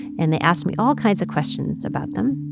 and they asked me all kinds of questions about them.